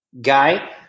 guy